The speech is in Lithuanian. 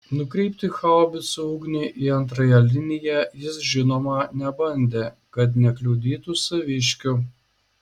nukreipti haubicų ugnį į antrąją liniją jis žinoma nebandė kad nekliudytų saviškių